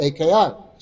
AKI